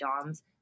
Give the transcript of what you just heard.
doms